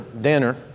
dinner